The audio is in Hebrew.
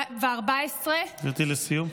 לסיום.